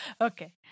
Okay